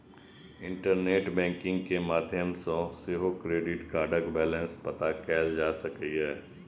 internet banking के माध्यम सं सेहो क्रेडिट कार्डक बैलेंस पता कैल जा सकैए